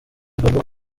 igomba